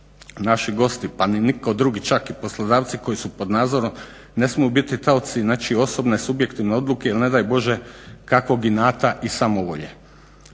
naši gosti pa ni nitko drugi, čak i poslodavci koji su pod nadzorom ne smiju biti taoci, znači osobne subjektivne odluke ili ne daj Bože kakvog inata i samovolje.